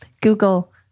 Google